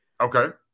okay